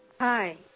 Hi